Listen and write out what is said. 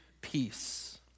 peace